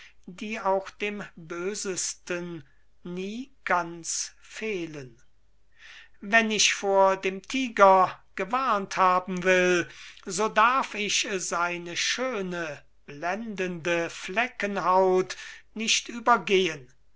die auch dem bösesten nie ganz fehlen wenn ich vor dem tyger gewarnt haben will so darf ich seine schöne blendende fleckenhaut nicht übergehen